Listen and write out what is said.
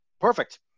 perfect